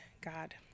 God